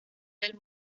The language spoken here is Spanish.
del